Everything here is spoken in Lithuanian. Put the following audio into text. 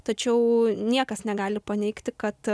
tačiau niekas negali paneigti kad